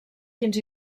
fins